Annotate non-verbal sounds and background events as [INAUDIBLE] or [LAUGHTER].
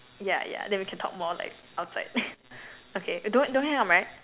yeah yeah then we can talk more like outside [LAUGHS] okay don't don't hang up right